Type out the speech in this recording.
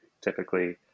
typically